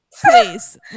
please